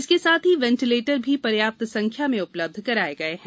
इसके साथ ही वेंटीलेटर भी पर्याप्त संख्या में उपलब्ध कराए गए हैं